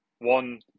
One